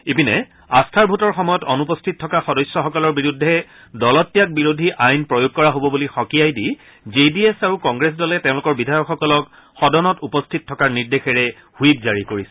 ইপিনে আস্থাৰ ভোটৰ সময়ত অনুপস্থিত থকা সদস্যসকলৰ বিৰুদ্ধে দলত্যাগ বিৰোধী আইন প্ৰয়োগ কৰা হ'ব বুলি সঁকীয়াই দি জে ডি এছ আৰু কংগ্ৰেছ দলে তেওঁলোকৰ বিধায়কসকলক সদনত উপস্থিত থকাৰ নিৰ্দেশেৰে ছইপ জাৰি কৰিছে